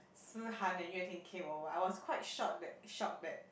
Si-Han and Yue-Ting came over I was quite shocked that shocked that